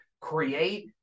create